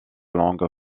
langue